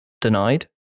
denied